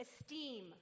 esteem